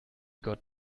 got